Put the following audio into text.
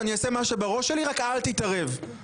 שמעתי שבערך ב-23:40 אתמול התקשר בנימין